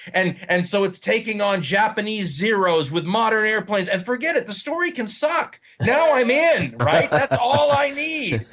and and so it's taking on japanese zeros with modern airplanes and forget it, the story can suck now i'm in. ah that's all i need.